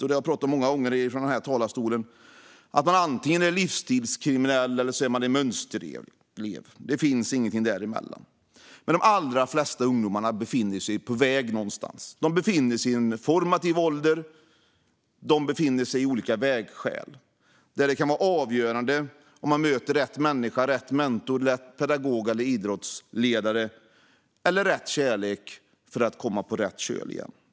Jag har många gånger i denna talarstol pratat om att man är antingen livsstilskriminell eller mönsterelev - det finns ingenting däremellan. Men de allra flesta ungdomar befinner sig på väg någonstans. De är i en formativ ålder och står vid olika vägskäl där det kan vara avgörande om de möter rätt människa, mentor, pedagog eller idrottsledare eller rätt kärlek för att kunna komma på rätt köl igen.